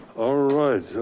alright.